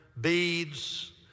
beads